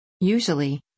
usually